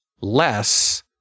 less